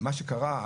מה שקרה,